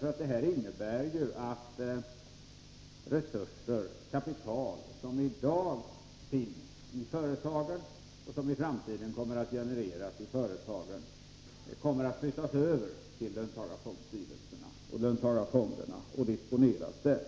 Förslaget innebär att resurser — kapital — som i dag finns i företagen och som i framtiden kommer att genereras i företagen kommer att flyttas över till löntagarfonderna och disponeras av löntagarfondernas styrelser.